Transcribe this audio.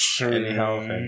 Anyhow